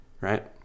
right